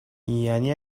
یعنی